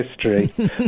history